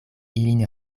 ilin